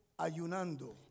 ayunando